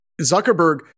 Zuckerberg